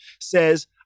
says